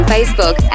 Facebook